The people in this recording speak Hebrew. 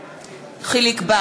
בעד אלי בן-דהן, נגד יחיאל חיליק בר,